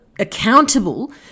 accountable